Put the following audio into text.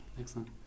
Excellent